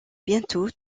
bientôt